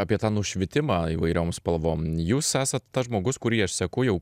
apie tą nušvitimą įvairiom spalvom jūs esat tas žmogus kurį aš seku jau